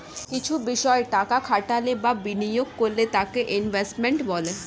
কিছু বিষয় টাকা খাটালে বা বিনিয়োগ করলে তাকে ইনভেস্টমেন্ট বলে